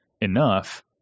enough